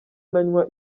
ntanywa